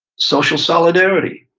social solidarity,